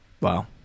Wow